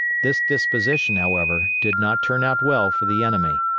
this disposition, however, did not turn out well for the enemy.